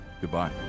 Goodbye